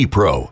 Pro